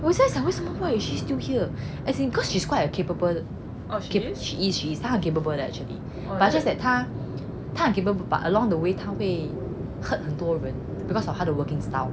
我有在想为什么 she is still here as in because she is quite a capable she is she is 他很 capable leh but just that 他他很 capable but along the way 他会有 hurt 很多人 because of 他的 working style